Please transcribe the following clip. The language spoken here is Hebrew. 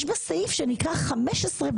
יש בה סעיף שנקרא 15ב,